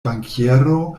bankiero